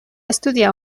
estudiar